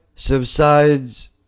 Subsides